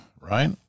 right